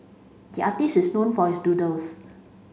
the artist is known for his doodles